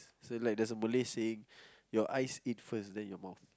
so like there's a Malay saying your eyes eat first then your mouth